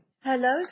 Hello